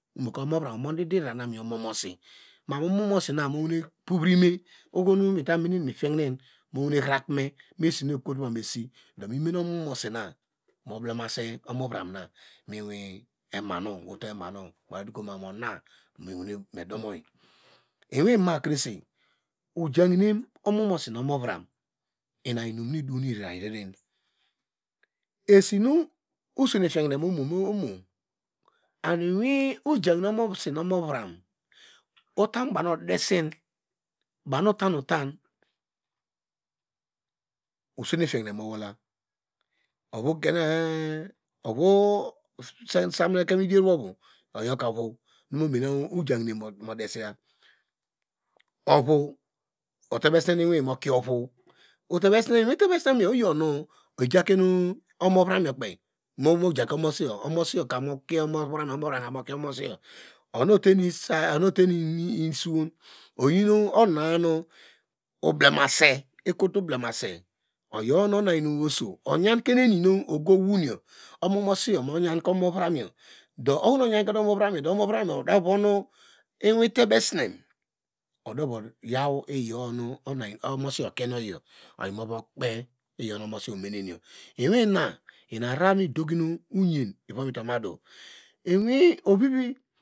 Omuvram omode ode raranu miwi omomosi man omomosi na muwa puvrimi oho mime nefiehine muhirakome mesi nu ekotoma esi do mimene omomosina moblemasi omo vram na miwin uto ema nu modokuma mu ona midom ojahinen omomosi nu omovra ina inum nu idow reren esinu osene fihine owol owo and iwei ojahine omomosi nu omovram utam baw nu odesin, baw nu ota otan osene fihine niowola ovu sumineke mu idier mu ovu momene okonu jahine mudesiya ovu utebe sineniwin mokie ovu iwin tevesinem ojake omovuram kpei ojake omomosi ka onu ten nu suwon oyi nanu oblemase ekonte oyi onnanu onuyan oso oyan inum nu ogowon yo omomosi yo moyanke omovrayo do omo vram yo oda vode iwin tevesin ne odova yaw iyoyo nu omomosiyo okiye oyiyo movo kpe iyonu omosiyo omenyo ina urara nu idokinu oyen iva mita madu ovivi do ema.